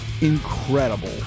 incredible